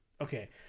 Okay